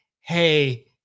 hey